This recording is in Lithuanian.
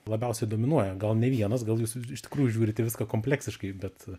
labiausiai dominuoja gal ne vienas gal jūs iš tikrųjų žiūrit į viską kompleksiškai bet